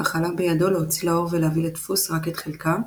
אך עלה בידו להוציא לאור ולהביא לדפוס רק את חלקם,